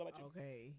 Okay